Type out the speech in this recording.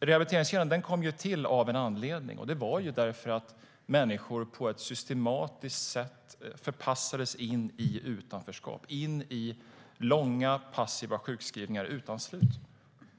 Rehabiliteringskedjan kom ju till av en anledning, och det var därför att människor på ett systematiskt sätt förpassades in i ett utanförskap, in i långa, passiva sjukskrivningar utan slut.